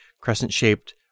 crescent-shaped